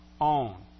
own